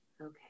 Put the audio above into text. Okay